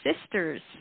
sisters